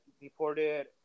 deported